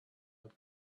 and